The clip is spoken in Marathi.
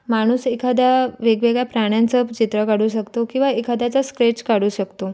माणूस एखादा वेगवेगळ्या प्राण्यांचं चित्र काढू शकतो किंवा एखाद्याचा स्केच काढू शकतो